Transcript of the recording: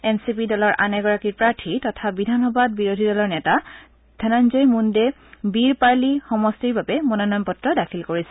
N C P দলৰ আন এগৰাকী প্ৰাৰ্থী তথা বিধানসভাত বিৰোধী দলৰ নেতা ধনঞ্জয় মুণ্ডে বীড় পাৰ্লী সমষ্টিৰ বাবে মনোনয়ন পত্ৰ দাখিল কৰিছে